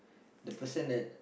the person that